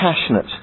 passionate